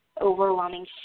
overwhelming